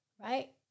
right